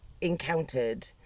encountered